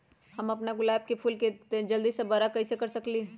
हम अपना गुलाब के फूल के जल्दी से बारा कईसे कर सकिंले?